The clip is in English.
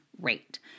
rate